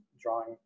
drawing